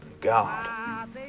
god